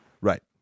Right